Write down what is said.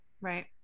Right